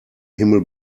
himmel